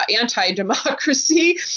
anti-democracy